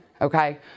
Okay